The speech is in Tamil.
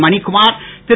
மணிக்குமார் திரு